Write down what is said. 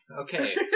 Okay